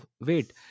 wait